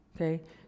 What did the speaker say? okay